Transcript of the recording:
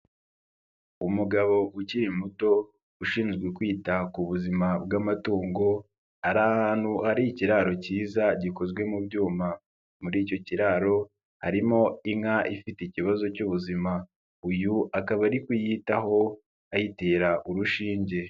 Umugabo ukiri muto, ushinzwe kwita ku buzima bw'amatungo, ari ahantu hari ikiraro cyiza gikozwe mu byuma, muri icyo kiraro harimo inka ifite ikibazo cy'ubuzima. Uyu akaba ari kuyitaho, ayitera urushinge.